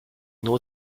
nur